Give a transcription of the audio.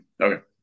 Okay